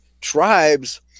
tribes